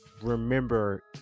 remember